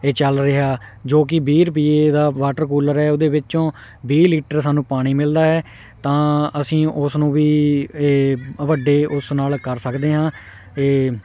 ਇਹ ਚੱਲ ਰਿਹਾ ਜੋ ਕਿ ਵੀਹ ਰੁਪਏ ਦਾ ਵਾਟਰ ਕੂਲਰ ਹੈ ਉਹਦੇ ਵਿੱਚੋਂ ਵੀਹ ਲੀਟਰ ਸਾਨੂੰ ਪਾਣੀ ਮਿਲਦਾ ਹੈ ਤਾਂ ਅਸੀਂ ਉਸ ਨੂੰ ਵੀ ਇਹ ਵੱਡੇ ਉਸ ਨਾਲ ਕਰ ਸਕਦੇ ਹਾਂ ਇਹ